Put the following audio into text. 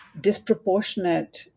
disproportionate